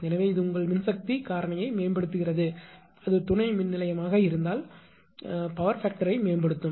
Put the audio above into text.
எனவே இது உங்கள் மின்சக்தி காரணியைபவர் ஃபாக்டர் மேம்படுத்துகிறது அது துணை மின்நிலையமாக இருந்தால் அது துணை மின்நிலையத்தில் பவர் ஃபாக்டரை மேம்படுத்தும்